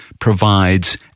provides